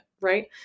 right